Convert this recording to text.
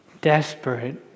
desperate